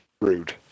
rude